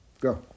go